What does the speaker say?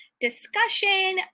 discussion